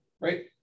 right